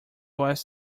was